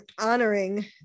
honoring